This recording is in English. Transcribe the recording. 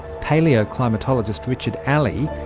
paleo-climatologist richard alley,